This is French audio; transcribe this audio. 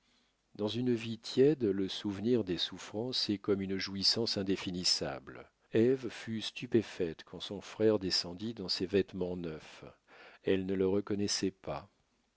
dans une vie tiède le souvenir des souffrances est comme une jouissance indéfinissable ève fut stupéfaite quand son frère descendit dans ses vêtements neufs elle ne le reconnaissait pas